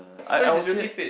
I I would said